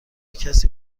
کسی